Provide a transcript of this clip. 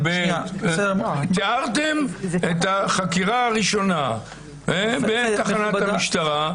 תיארתם את החקירה הראשונה בתחנת המשטרה.